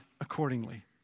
accordingly